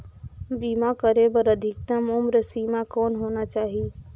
बीमा करे बर अधिकतम उम्र सीमा कौन होना चाही?